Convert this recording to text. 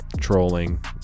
trolling